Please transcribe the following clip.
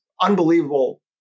unbelievable